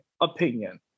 opinion